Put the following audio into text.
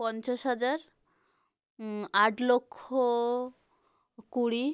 পঞ্চাশ হাজার আট লক্ষ কুড়ি